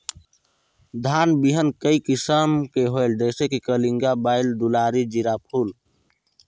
धान बिहान कई किसम के होयल जिसे कि कलिंगा, बाएल दुलारी, जीराफुल?